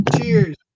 Cheers